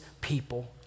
people